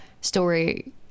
story